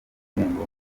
igihembo